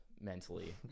mentally